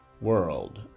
world